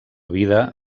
vida